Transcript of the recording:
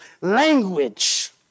language